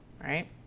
right